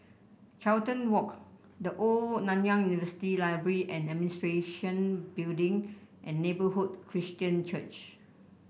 Carlton Walk The Old Nanyang University Library And Administration Building and Neighbourhood Christian Church